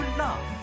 love